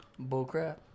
Bullcrap